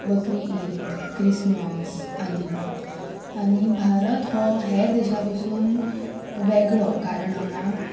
बकरी ईद क्रिसमस आदी आनी भारत हो हेर देशा पसून वेगळो कारण हांगा